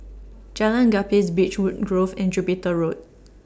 Jalan Gapis Beechwood Grove and Jupiter Road